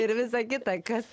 ir visa kita kas